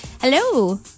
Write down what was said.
Hello